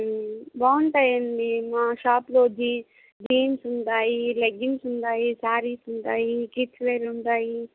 బాగుంటాయండి మా షాప్లో జీ జీన్స్ ఉంటాయి లెగ్గింగ్స్ ఉంటాయి శారీస్ ఉంటాయి కిడ్స్ వేర్ ఉంటాయి